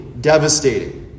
devastating